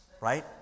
right